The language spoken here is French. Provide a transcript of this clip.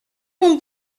mon